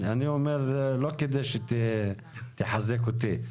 אני אומר את זה לא כדי שתחזק אותי.